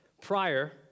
prior